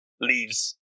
leaves